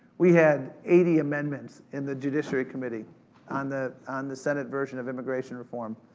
we had eighty amendments in the judiciary committee on the on the senate version of immigration reform.